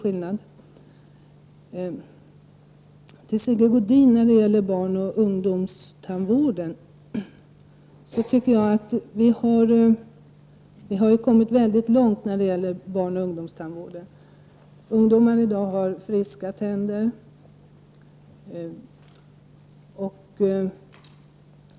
Till Sigge Godin vill jag om barn och ungdomstandvården säga att jag anser att vi på det området har kommit mycket långt. Ungdomarna i dag har friska tänder.